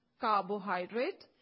carbohydrate